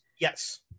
Yes